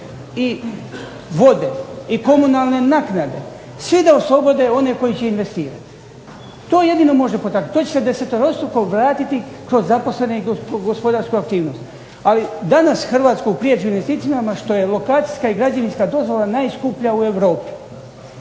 i vode i komunalne naknade svi da oslobode one koji će investirati. To jedino može potaknuti. To će se desetorostruko vratiti kroz zaposlene i gospodarsku aktivnost. Ali danas Hrvatsku priječi investicijama što je lokacijska i građevinska dozvola najskuplja u Europi,